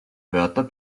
wörter